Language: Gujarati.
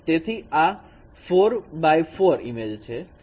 તેથી આ 4x4 ઈમેજ છે